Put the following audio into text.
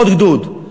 עוד גדוד.